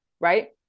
right